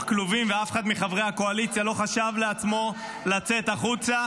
כלובים ואף אחד מחברי הקואליציה לא חשב לעצמו לצאת החוצה.